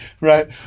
Right